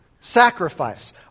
Sacrifice